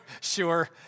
sure